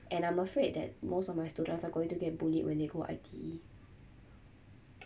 and I'm afraid that most of my students are going to get bullied when they go I_T_E